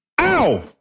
ow